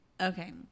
okay